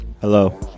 Hello